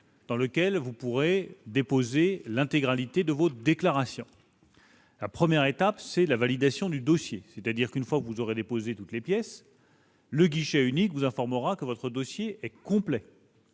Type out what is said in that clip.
dans lequel vous pourrez déposer l'intégralité de vos déclarations. La première étape est la validation du dossier : une fois toutes les pièces déposées, le guichet unique vous informera que votre dossier est complet.